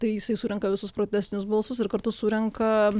tai jisai surenka visus protestinius balsus ir kartu surenka